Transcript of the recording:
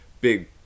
big